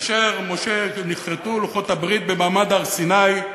כאשר משה, נחרטו לוחות הברית במעמד הר-סיני,